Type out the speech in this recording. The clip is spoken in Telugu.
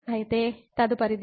కాబట్టి తదుపరిది